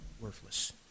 worthless